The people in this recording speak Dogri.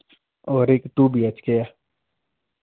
और इक टू बी एच के ऐ